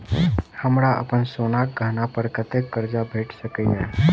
हमरा अप्पन सोनाक गहना पड़ कतऽ करजा भेटि सकैये?